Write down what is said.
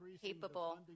capable